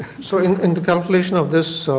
so in in the completion of this,